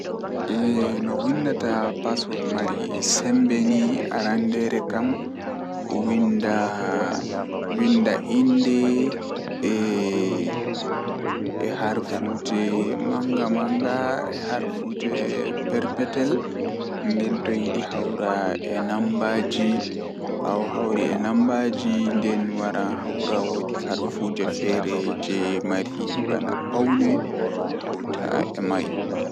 Waawataa njiddaade ko nguurndam e caɗeele. Waawataa njiddude password ngam hokka ɓe ngal leydi e kadi baafal toowde, Njiddaade haruffi e njiddude sabu, Caɗeele holla ndiyam to samari. Hokkondir sabu njiddude ndaarayde sabu no waawataa sabu baafal ngal.